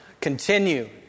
continue